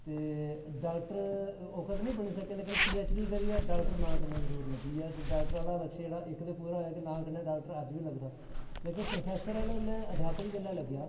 ते डाक्टर ओह्का ते नी बनी सकेआ लेकिन पीएचडी करियै डाक्टर नांऽ कन्नै जरूर लग्गी गेआ डाक्टर आह्ला लक्ष्य जेह्ड़ा एक्क ते पूरा होएया कि नांऽ कन्नै डाक्टर अज्ज बी लगदा लेकिन प्रोफेसर आह्ला मैं अध्यापक जेल्लै लग्गेआ